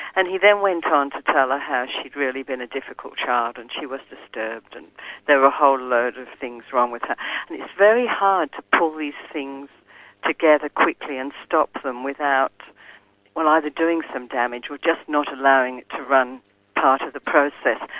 and he then went on to tell her ah how she'd really been a difficult child, and she was disturbed and there were a whole load of things wrong with her. and it's very hard to pull these things together quickly and stop them without well, either doing some damage or just not allowing it to run part of the process.